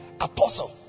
apostle